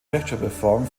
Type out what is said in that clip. rechtschreibreform